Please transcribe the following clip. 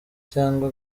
cyangwa